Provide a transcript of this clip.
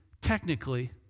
technically